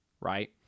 right